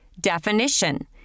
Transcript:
Definition